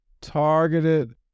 Targeted